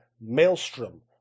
Maelstrom